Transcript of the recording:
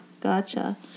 gotcha